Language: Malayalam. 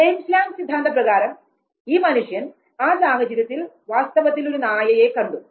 ജെയിംസ് ലാംങ് സിദ്ധാന്തപ്രകാരം ഈ മനുഷ്യൻ ആ സാഹചര്യത്തിൽ വാസ്തവത്തിൽ ഒരു നായയെ കണ്ടു